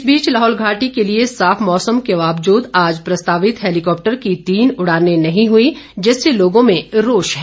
इस बीच लाहौल घाटी के लिए साफ मौसम के बावजूद आज प्रस्तावित हैलीकॉप्टर की तीन उड़ानें नहीं हुई जिससे लोगों में रोष है